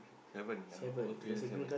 haven't now all three days haven't